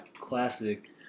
classic